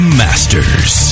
masters